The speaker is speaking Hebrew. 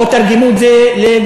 או תרגמו את זה לגרמנית,